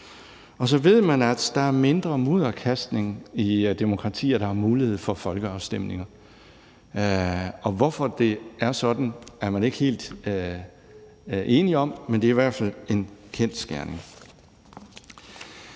Og så ved man, at der er mindre mudderkastning i demokratier, der har mulighed for folkeafstemninger. Hvorfor det er sådan, er man ikke helt enige om, men det er i hvert fald en kendsgerning.